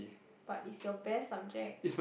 but is your best subject